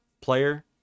player